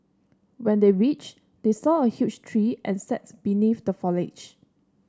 when they reached they saw a huge tree and sat beneath the foliage